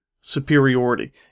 superiority